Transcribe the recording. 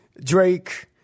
Drake